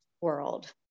world